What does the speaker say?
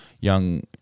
young